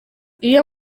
iyo